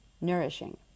nourishing